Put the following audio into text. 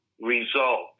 results